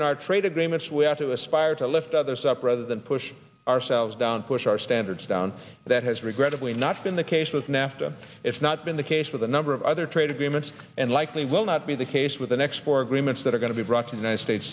in our trade agreements we have to aspire to lift others up rather than push ourselves down push our standards down that has regrettably not been the case with nafta it's not been the case with a number of other trade agreements and likely will not be the case with the next four agreements that are going to be brought to the united states